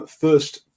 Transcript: first